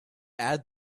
add